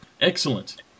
Excellent